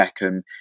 Beckham